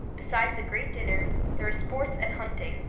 besides the great dinners, there were sports and hunting,